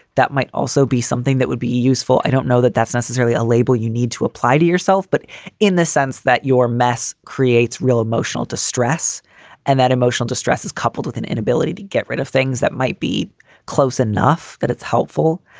that might also be something that would be useful. i don't know that that's necessarily a label you need to apply to yourself. but in the sense that your mess creates real emotional distress and that emotional distress is coupled with an inability to get rid of things that might be close enough that it's helpful.